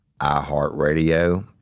iHeartRadio